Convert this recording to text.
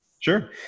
Sure